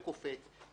זה קופץ.